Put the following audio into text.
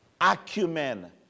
acumen